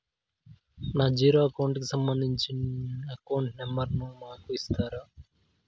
నా zero account కి సంబంధించి అకౌంట్ నెంబర్ ను నాకు ఇస్తారా